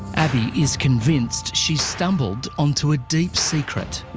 abii is convinced she stumbled unto a deep secret.